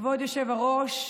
כבוד היושב-ראש,